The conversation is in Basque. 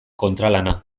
kontralana